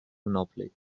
monopoly